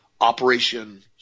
Operation